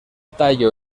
tallo